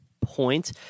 point